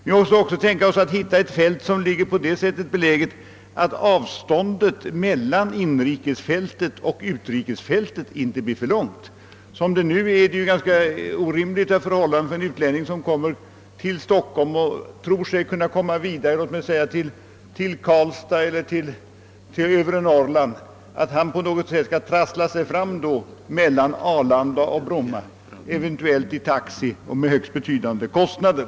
Man måste också finna ett fält som är så beläget, att avståndet mellan inrikesfältet och utrikesfältet inte blir för långt. De förhållanden som nu råder för exempelvis en utlänning, som kommer till Stockholm och skall vidare med flyg till Karlstad eller övre Norrland, är orimliga. Han skall nu på något sätt ta sig från Arlanda till Bromma, eventuellt i taxi, till högst betydande kostnader.